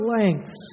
lengths